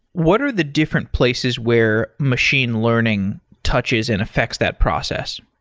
what are the different places where machine learning touches and affects that process?